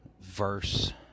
Verse